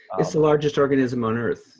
it's the largest organism on earth.